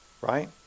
Right